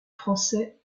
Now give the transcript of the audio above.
français